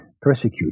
persecute